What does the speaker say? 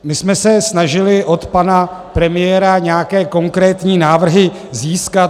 My jsme se snažili od pana premiéra nějaké konkrétní návrhy získat.